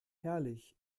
herrlich